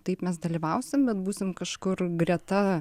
taip mes dalyvausime bet būsim kažkur greta